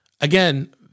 Again